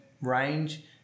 range